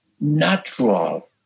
natural